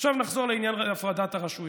עכשיו נחזור לעניין הפרדת הרשויות.